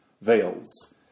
veils